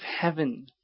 heaven